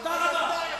תודה רבה.